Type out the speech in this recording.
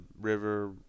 river